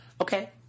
Okay